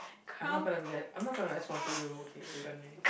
I'm not gonna let I'm not gonna respond to you okay regarding this